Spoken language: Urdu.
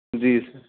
جی سر